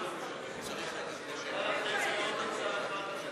השואה והטבות לניצולי שואה נזקקים (תיקוני חקיקה,